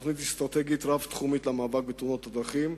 ראשית הכנו תוכנית אסטרטגית רב-תחומית למאבק בתאונות הדרכים,